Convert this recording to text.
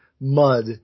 mud